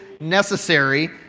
necessary